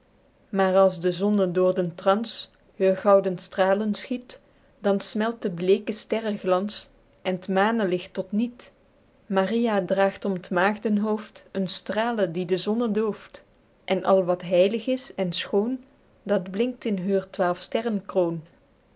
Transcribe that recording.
maer als de zonne door den trans heur gouden stralen schiet dan smelt de bleeke sterreglans en t manelicht tot niet maria draegt om t maegdenhoofd een strale die de zonne dooft en al wat heilig is en schoon dat blinkt in heur twaelfsterrenkroon